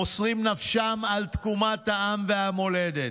מוסרים נפשם על תקומת העם והמולדת.